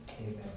Amen